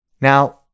Now